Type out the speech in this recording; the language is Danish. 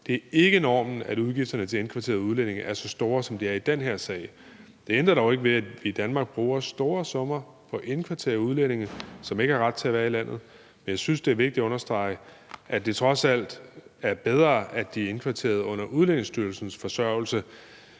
Det er ikke normen, at udgifterne til indkvarterede udlændinge er så store, som de er i den her sag. Det ændrer dog ikke ved, at vi i Danmark bruger store summer på at indkvartere udlændinge, som ikke har ret til at være i landet, men jeg synes, det er vigtigt at understrege, at det trods alt er bedre, at de er indkvarteret under Udlændingestyrelsens forsørgelse,